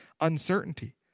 uncertainty